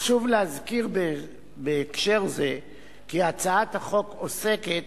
חשוב להזכיר בהקשר זה כי הצעת החוק עוסקת